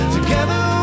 Together